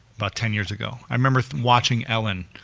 about ten years ago. i remember watching ellen,